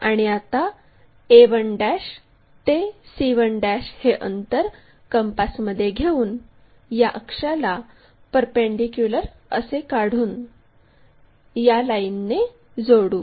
आणि आता a1' ते c1' हे अंतर कंपासमध्ये घेऊन या अक्षाला परपेंडीक्युलर असे काढून या लाईनने जोडू